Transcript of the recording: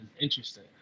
interesting